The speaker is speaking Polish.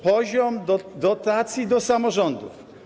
Poziom dotacji do samorządów.